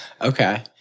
Okay